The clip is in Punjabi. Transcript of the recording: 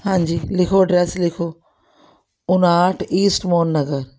ਹਾਂਜੀ ਲਿਖੋ ਐਡਰੈੱਸ ਲਿਖੋ ਉਨਾਹਠ ਈਸਟਮੋਨ ਨਗਰ